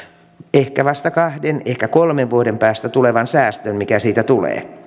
ehkä vasta kahden kolmen vuoden päästä tulevan säästön mikä siitä tulee